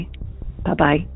bye-bye